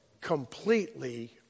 completely